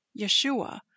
Yeshua